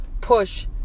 push